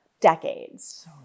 decades